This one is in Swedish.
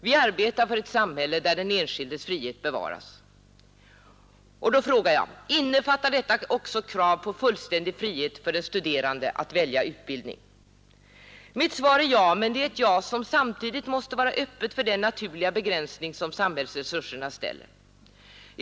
Vi arbetar för ett samhälle där den enskildes frihet bevaras. Innefattar detta också krav på fullständig frihet för den studerande att välja utbildning? Mitt svar är ja — men det är ett ja som samtidigt måste vara öppet för den naturliga begränsning som samhällsresurserna ställer.